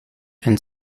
and